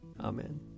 Amen